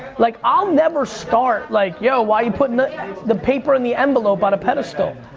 like i'll never start like yo, why you putting the and the paper and the envelope on a pedestal?